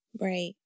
Right